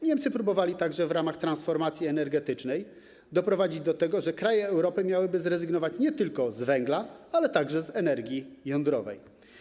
Niemcy próbowały także w ramach transformacji energetycznej doprowadzić do tego, że kraje Europy miałyby zrezygnować nie tylko z węgla, ale także z energii jądrowej.